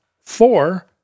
four